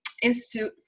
Institute